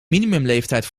minimumleeftijd